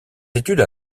études